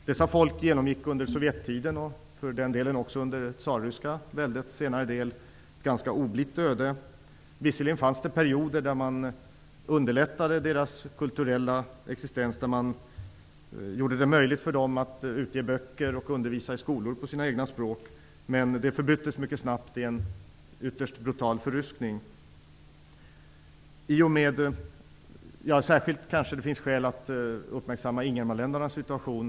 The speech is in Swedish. Dessa folk genomgick under Sovjettiden, och för den delen även under det tsarryska väldets senare del, ett ganska oblitt öde. Visserligen fanns det perioder då man underlättade för deras kulturella existens och då man gjorde det möjligt för dem att utge böcker och undervisa i skolor på sina egna språk. Detta förbyttes dock mycket snabbt i en ytterst brutal förryskning. Det finns kanske särskilt skäl att uppmärksamma ingermanlänningarnas situation.